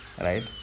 right